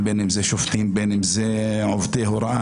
ואתם לא נותנים לי זכות דיבור להסביר את הנתונים האלה.